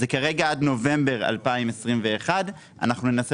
כרגע זה עד נובמבר 2021. אנחנו ננסה